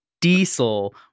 Diesel